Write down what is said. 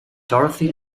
dorothy